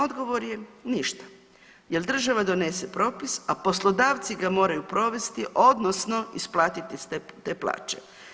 Odgovor je ništa jer država donese propis, a poslodavci ga moraju provesti odnosno isplatiti te plaće.